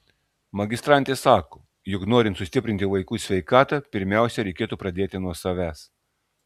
magistrantė sako jog norint sustiprinti vaikų sveikatą pirmiausia reikėtų pradėti nuo savęs